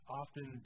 often